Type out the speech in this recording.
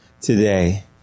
today